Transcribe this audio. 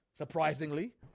Surprisingly